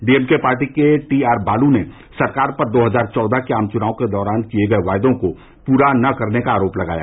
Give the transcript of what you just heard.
DMK party के T R Baalu ने सरकार पर दो हजार चौदह के आम चुनावों के दौरान किये गये वायदों को पूरा नही करने का आरोप लगाया